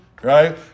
Right